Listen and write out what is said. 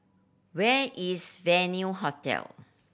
where is Venue Hotel